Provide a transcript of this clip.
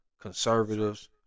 Conservatives